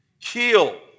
kill